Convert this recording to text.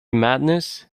madness